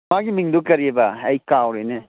ꯃꯥꯒꯤ ꯃꯤꯡꯗꯨ ꯀꯔꯤꯑꯕ ꯑꯩ ꯀꯥꯎꯔꯦꯅꯦ